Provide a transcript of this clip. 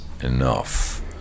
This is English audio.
enough